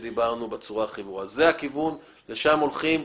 זה הכיוון, לשם הולכים.